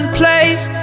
place